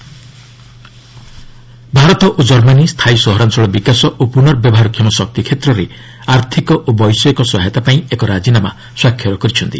India Germany Bharat ଓ Germany ସ୍ଥାୟୀ ସହରାଞ୍ଚଳ ବିକାଶ ଓ ପୁନର୍ବ୍ୟବହାରକ୍ଷମ ଶକ୍ତି କ୍ଷେତ୍ରରେ ଆର୍ଥକ ଓ ବୈଷୟିକ ସହାୟତା ପାଇଁ ଏକ ରାଜିନାମା ସ୍ୱାକ୍ଷର କରିଛନ୍ତି